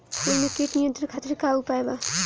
फूल में कीट नियंत्रण खातिर का उपाय बा?